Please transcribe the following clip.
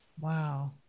Wow